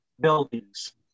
buildings